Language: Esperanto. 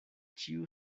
ĉiu